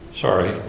Sorry